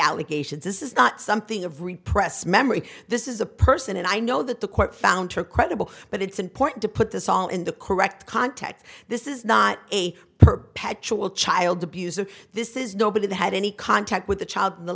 allegations this is not something of repressed memory this is a person and i know that the court found her credible but it's important to put this all in the correct context this is not a perpetual child abuser this is nobody that had any contact with the child in the